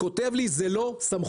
כותב לי הרופא: זה לא בסמכותי.